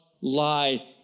lie